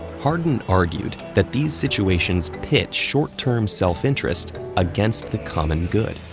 hardin argued that these situations pit short-term self-interest against the common good,